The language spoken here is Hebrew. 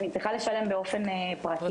אני צריכה לשלם באופן פרטי,